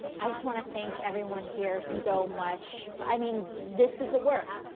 i just want to thank everyone here so much. i mean, this is the work.